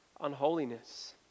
unholiness